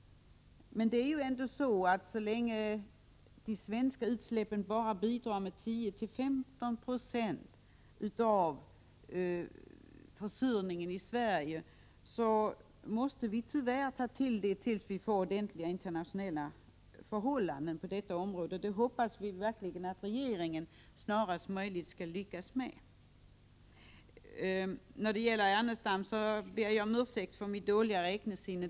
Men så länge de svenska utsläppen bidrar med bara 10-15 4 till försurningen i Sverige, måste vi tyvärr ta till kalkning innan man får ordnade internationella förhållanden på detta område. Det hoppas jag verkligen att regeringen snarast möjligt skall lyckas med. Jag ber Lars Ernestam om ursäkt för mitt dåliga räknesinne.